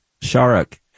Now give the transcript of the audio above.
Sharuk